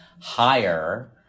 higher